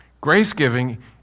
Grace-giving